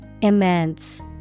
Immense